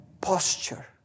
posture